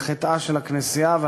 חטאה של הכנסייה,